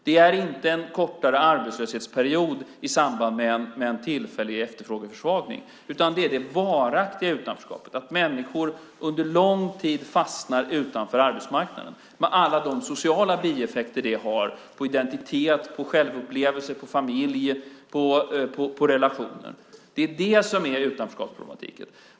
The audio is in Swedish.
Det är inte en kortare arbetslöshetsperiod i samband med en tillfällig efterfrågeförsvagning, utan det är det varaktiga utanförskapet - att människor under lång tid fastnar utanför arbetsmarknaden med alla de sociala bieffekter det har på identitet, på självupplevelse, på familj och på relationer. Det är det som är utanförskapsproblematiken.